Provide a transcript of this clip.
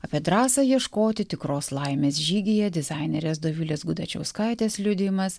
apie drąsą ieškoti tikros laimės žygyje dizainerės dovilės gudačiauskaitės liudijimas